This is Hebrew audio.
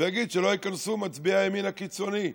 ויגיד שלא ייכנסו מצביעי הימין הקיצוני,